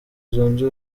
zunze